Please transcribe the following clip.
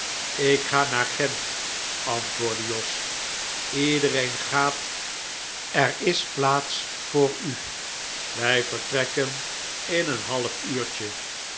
ik ga naar gent antwoordde jos iedereen gaat er is plaats voor u wij vertrekken in een half uurtje